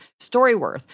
StoryWorth